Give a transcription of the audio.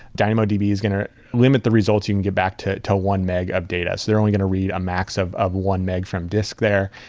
dynamodb is going to limit the results you can get back to to one meg of data. they're only going to read a max of of one meg from disk there.